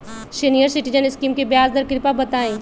senior citizen scheme के ब्याज दर कृपया बताईं